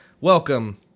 Welcome